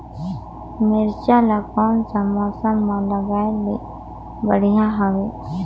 मिरचा ला कोन सा मौसम मां लगाय ले बढ़िया हवे